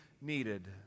needed